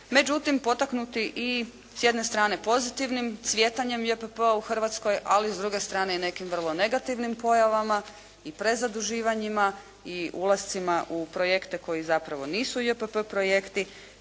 Međutim, potaknuti i s jedne strane pozitivnim cvjetanjem JPP-a u Hrvatskoj ali i s druge strane nekim vrlo negativnim pojavama i prezaduživanjima i ulascima u projekte koji zapravo nisu JPP projekti